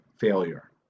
failure